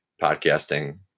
podcasting